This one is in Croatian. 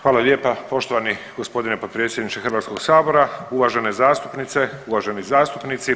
Hvala lijepa poštovani gospodine potpredsjedniče Hrvatskog sabora, uvažene zastupnice, uvaženi zastupnici.